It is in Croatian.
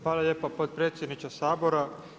Hvala lijepa potpredsjedniče Sabora.